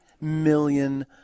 million